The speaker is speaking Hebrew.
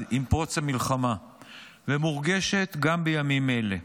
עם פרוץ המלחמה ומורגשת גם בימים אלה.